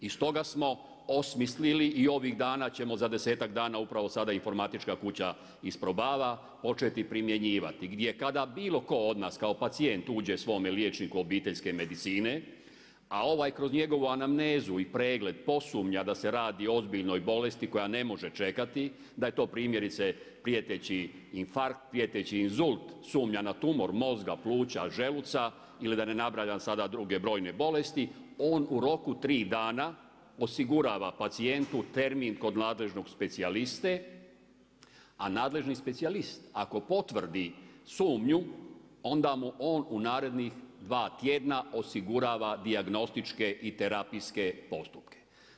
I stoga smo osmislili i ovih dana ćemo za desetak dana upravo sada informatička kuća isprobava početi primjenjivati, gdje kada bilo tko od nas kao pacijent uđe svome liječniku obiteljske medicine, a ovaj kroz njegovu anamnezu i pregled posumnja da se radi o ozbiljnoj bolesti koja ne može čekati, da je to primjerice prijeteći infarkt, prijeteći inzult, sumnja na tumor mozga, pluća, želuca ili da ne nabrajam sada druge brojne bolesti on u roku 3 dana osigurava pacijentu termin kod nadležnog specijaliste a nadležni specijalist ako potvrdi sumnju onda mu on u narednih dva tjedna osigurava dijagnostičke i terapijske postupke.